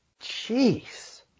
Jeez